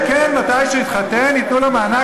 כן, מתי שהוא יתחתן, ייתנו לו מענק,